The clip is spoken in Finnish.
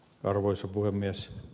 arvoisa puhemies